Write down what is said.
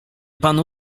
panu